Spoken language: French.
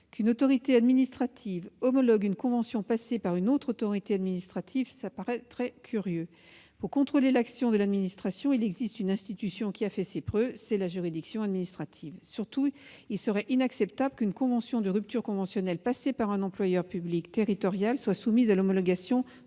Qu'une autorité administrative homologue une convention passée par une autre autorité administrative est déjà assez curieux. Pour contrôler l'action de l'administration, il existe une institution qui a fait ses preuves, à savoir la juridiction administrative. Qui plus est, il serait inacceptable qu'une convention de rupture conventionnelle passée par un employeur public territorial soit soumise à l'homologation d'une